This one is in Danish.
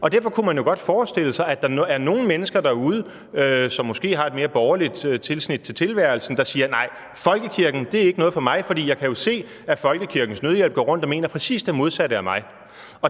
Derfor kunne man jo godt forestille sig, at der var nogle mennesker derude, som måske havde et mere borgerligt tilsnit i tilværelsen, der sagde: Nej, folkekirken er ikke noget for mig, for jeg kan jo se, at Folkekirkens Nødhjælp går rundt og mener præcis det modsatte af mig.